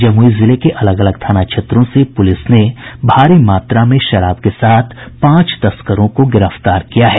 जमुई जिले के अलग अलग थानों क्षेत्रों से पुलिस ने भारी मात्रा में शराब के साथ पांच तस्करों को गिरफ्तार किया है